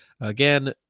Again